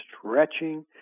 stretching